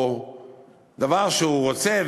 או דבר שהוא רוצה,